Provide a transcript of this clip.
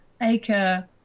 acre